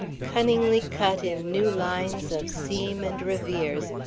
cunningly cut in new lines of seam and revers,